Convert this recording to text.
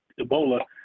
Ebola